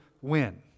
win